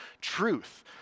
truth